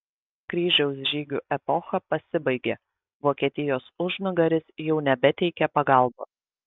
kryžiaus žygių epocha pasibaigė vokietijos užnugaris jau nebeteikė pagalbos